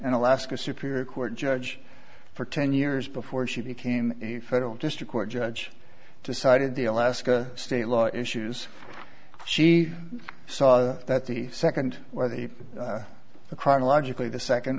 and alaska superior court judge for ten years before she became a federal district court judge decided the alaska state law issues she saw that the second whether the chronologically the second